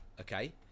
Okay